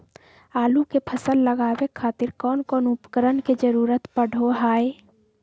आलू के फसल लगावे खातिर कौन कौन उपकरण के जरूरत पढ़ो हाय?